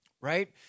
right